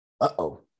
Uh-oh